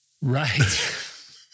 Right